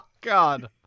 God